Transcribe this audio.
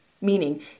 meaning